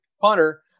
punter